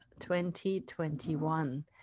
2021